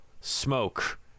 smoke